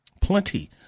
plenty